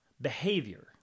behavior